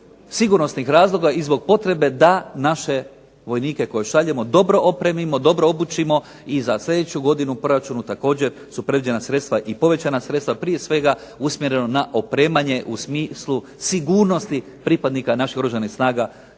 sigurnosnih razloga i zbog potrebe da naše vojnike koje šaljemo dobro opremimo, dobro obučimo i za sljedeću godinu u proračunu su također su predviđena sredstva i povećana sredstva prije svega usmjereno na opremanje u smislu sigurnosti pripadnika naših Oružanih snaga